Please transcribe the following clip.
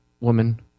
woman